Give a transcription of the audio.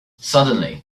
suddenly